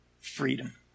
freedom